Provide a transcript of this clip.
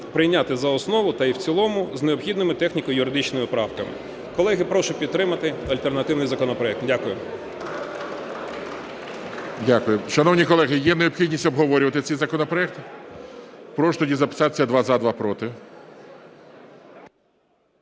прийняти за основу та й в цілому з необхідними техніко-юридичними правками. Колеги, прошу підтримати альтернативний законопроект Дякую. ГОЛОВУЮЧИЙ. Дякую. Шановні колеги, є необхідність обговорювати ці законопроекти? Прошу тоді записатися: два – за, два – проти.